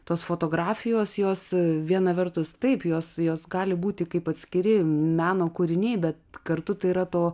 tos fotografijos jos viena vertus taip jos jos gali būti kaip atskiri meno kūriniai bet kartu tai yra to